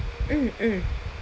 mm mm